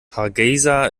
hargeysa